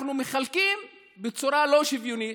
אנחנו מחלקים בצורה לא שוויונית.